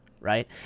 Right